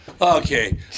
Okay